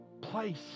place